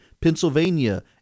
Pennsylvania